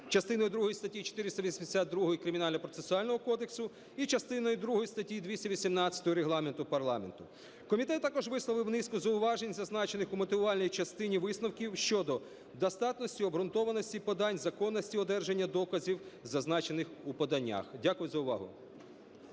частиною другою статті 482 Кримінально-процесуального кодексу і частиною другою статті 218 Регламенту парламенту. Комітет також висловив низку зауважень, зазначених у мотивувальній частині висновків, щодо достатності і обґрунтованості подань, законності одержання доказів, зазначених у поданнях. Дякую за увагу.